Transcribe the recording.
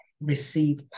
receive